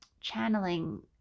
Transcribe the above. channeling